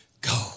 go